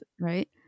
right